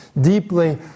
deeply